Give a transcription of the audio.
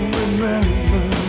remember